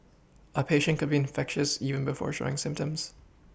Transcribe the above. a patient could be infectious even before showing symptoms